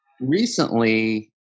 recently